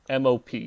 MOP